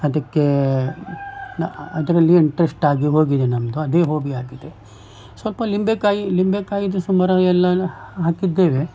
ಅದಕ್ಕೆ ನಾನು ಅದರಲ್ಲಿ ಇಂಟ್ರೆಸ್ಟಾಗಿ ಹೋಗಿದೆ ನಮ್ಮದು ಅದೇ ಹಾಬಿಯಾಗಿದೆ ಸ್ವಲ್ಪ ಲಿಂಬೆ ಕಾಯಿ ಲಿಂಬೆ ಕಾಯಿದು ಸಹ ಮರಯೆಲ್ಲ ಹಾಕಿದ್ದೇವೆ